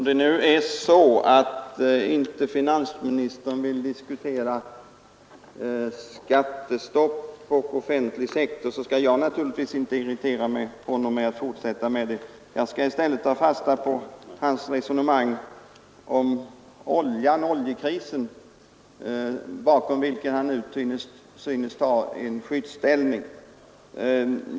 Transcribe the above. Herr talman! Om finansministern inte vill diskutera skattestopp och den offentliga sektorn mera skall jag inte irritera honom genom att fortsätta med det. Jag skall i stället ta fasta på hans resonemang om oljekrisen, bakom vilken han nu synes inta skyddsställning.